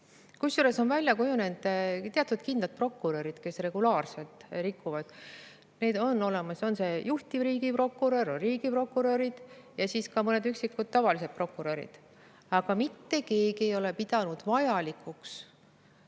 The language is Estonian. Kusjuures on välja kujunenud teatud kindlad prokurörid, kes regulaarselt rikuvad. Nad on olemas: on see juhtiv riigiprokurör, riigiprokurörid ja ka mõned üksikud tavalised prokurörid. Aga mitte keegi ei ole pidanud vajalikuks